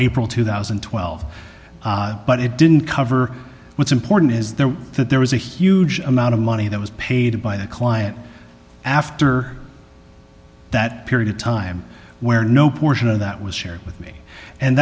april two thousand and twelve but it didn't cover what's important is there that there was a huge amount of money that was paid by the client after that period of time where no portion of that was shared with me and